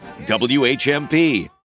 WHMP